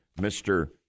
Mr